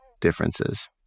differences